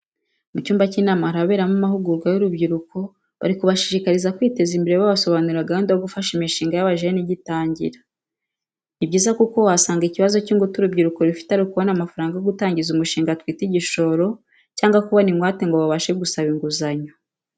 Mu cyumba cy'inama haraberamo amahugurwa y'urubyiruko, bari kubashishikariza kwiteza imbere babasobanurira gahunda yo gufasha imishinga y'abajene igitangira. Ni byiza kuko wasangaga ikibazo cy'ingutu urubyiruko rufite ari ukubona amafaranga yo gutangiza umushinga twita igishoro cyangwa kubona ingwate ngo babashe gusaba inguzanyo.